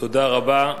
תודה רבה.